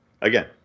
again